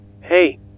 Hey